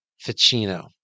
Ficino